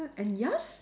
and yours